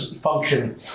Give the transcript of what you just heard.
function